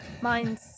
Mine's